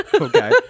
okay